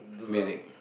music